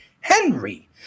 Henry